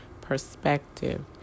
perspective